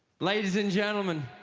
ladies and gentlemen,